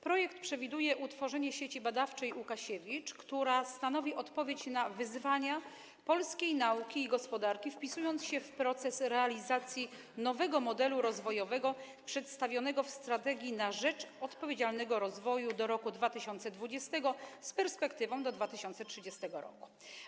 Projekt przewiduje utworzenie Sieci Badawczej Łukasiewicz, która stanowi odpowiedź na wyzwania polskiej nauki i gospodarki, wpisując się w proces realizacji nowego modelu rozwojowego przedstawionego w „Strategii na rzecz odpowiedzialnego rozwoju do roku 2020” z perspektywą do 2030 r.